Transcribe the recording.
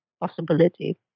possibility